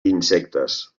insectes